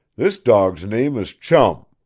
this dawg's name is chum.